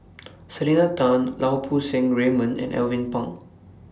Selena Tan Lau Poo Seng Raymond and Alvin Pang